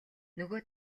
нөгөө